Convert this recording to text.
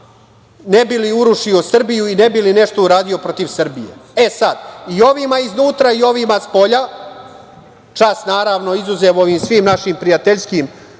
ne bi li urušio Srbiju i ne bi li nešto uradio protiv Srbije.E, sad i ovima iznutra i ovima spolja, čast, naravno, izuzev ovim svim našim prijateljskim